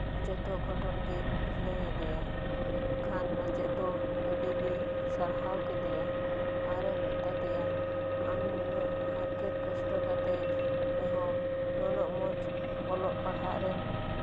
ᱡᱷᱚᱛᱚ ᱜᱷᱚᱴᱚᱱ ᱜᱮ ᱞᱟᱹᱭ ᱟᱫᱮᱭᱟ ᱠᱷᱟᱱ ᱢᱟᱪᱮᱫ ᱫᱚ ᱟᱹᱰᱤᱜᱮ ᱥᱟᱨᱦᱟᱣ ᱠᱮᱫᱮᱭᱟ ᱟᱨᱮ ᱢᱮᱛᱟ ᱫᱮᱭᱟ ᱟᱢ ᱱᱩᱱᱟᱹᱜ ᱦᱟᱨᱠᱮᱛ ᱠᱚᱥᱴᱚ ᱠᱟᱛᱮᱫ ᱨᱮᱦᱚᱸ ᱩᱱᱟᱹᱜ ᱢᱚᱸᱡᱽ ᱚᱞᱚᱜ ᱯᱟᱲᱦᱟᱜ ᱨᱮ